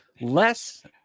less